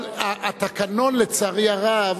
אבל התקנון, לצערי הרב,